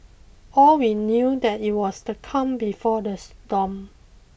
all we knew that it was the calm before the storm